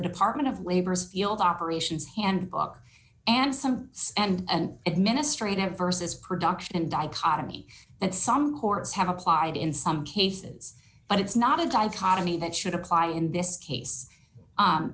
department of labor's field operations handbook and some and administrative versus production and dichotomy and some courts have applied in some cases but it's not a dichotomy that should apply in this case